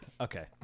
Okay